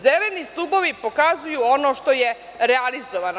Zeleni stubovi pokazuju ono što je realizovano.